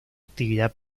actividad